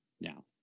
Now